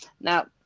now